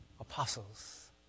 apostles